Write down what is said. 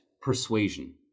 persuasion